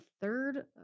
third